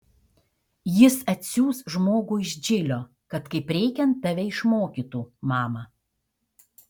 jis atsiųs žmogų iš džilio kad kaip reikiant tave išmokytų mama